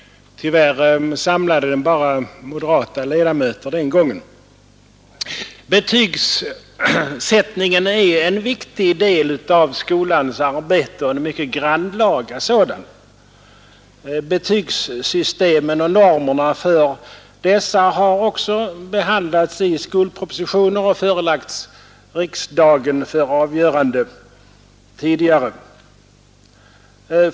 Tyvärr samlade den bara moderata ledamöter. Betygsättningen är en viktig och mycket grannlaga del av skolans arbete. Betygsystemen och normerna för dessa har också tidigare behandlats i skolpropositioner och förelagts riksdagen för avgörande.